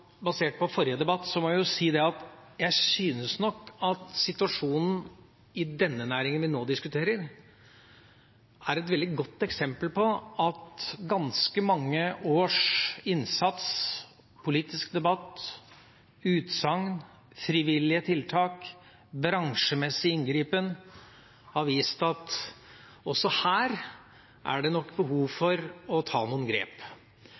Basert på forrige debatt syns jeg nok at situasjonen i den næringa vi nå diskuterer, er et veldig godt eksempel på at ganske mange års innsats – politisk debatt, utsagn, frivillige tiltak, bransjemessig inngripen – har vist at det også her er behov for å ta noen grep.